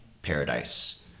paradise